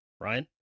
Ryan